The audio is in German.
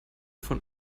von